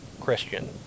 Christian